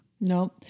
No